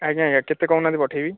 ଆଜ୍ଞା ଆଜ୍ଞା କେତେ କହୁନାହାନ୍ତି ପଠେଇବି